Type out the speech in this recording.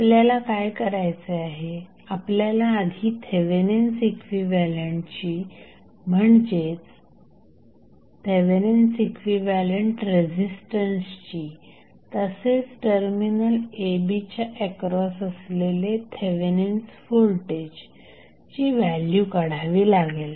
आपल्याला काय करायचे आहे आपल्याला आधी थेवेनिन्स इक्विव्हॅलंटची म्हणजेच थेवेनिन्स इक्विव्हॅलंट रेझिस्टन्सची तसेच टर्मिनल a b च्या एक्रॉस असलेले थेवेनिन्स व्होल्टेजची व्हॅल्यू काढावी लागेल